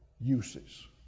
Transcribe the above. uses